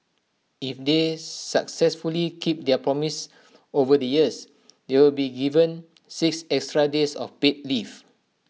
if they successfully keep their promise over the years they'll be given six extra days of paid leave